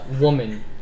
woman